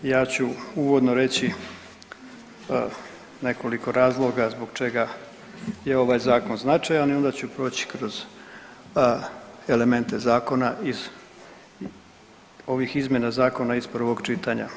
Ja ću uvodno reći nekoliko razloga zbog čega je ovaj Zakon značajan i onda ću proći kroz elemente zakona iz ovih izmjena zakona iz prvog čitanja.